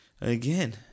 again